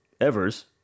Evers